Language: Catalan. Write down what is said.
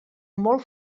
molt